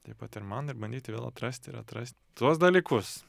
taip pat ir man ir bandyti vėl atrasti ir atrast tuos dalykus